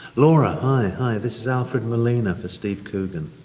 laura, hi, hi. this is alfred molina, for steve coogan.